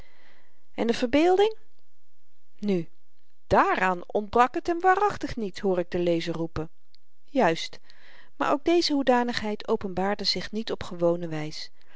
en de verbeelding nu dààraan ontbrak het hem waarachtig niet hoor ik den lezer roepen juist maar ook deze hoedanigheid openbaarde zich op niet gewone wys